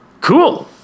Cool